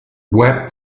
web